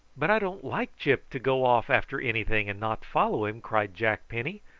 but i don't like gyp to go off after anything and not follow him, cried jack penny.